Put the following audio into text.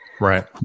Right